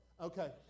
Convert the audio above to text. Okay